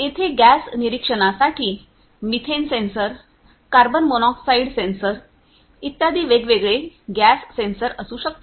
तेथे गॅसचे निरीक्षणासाठी methane sensor carbon monoxide sensor इत्यादी वेगवेगळे गॅस सेन्सर असू शकतात